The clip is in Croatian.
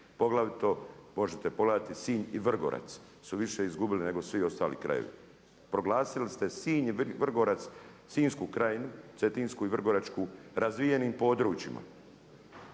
Poglavito možete pogledati Sinj i Vrgorac su više izgubili nego svi ostali krajevi. Proglasili ste Sinj i Vrgorac Sinjsku krajinu, cetinsku i vrgoračku razvijenim područjima.